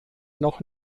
noch